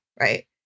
Right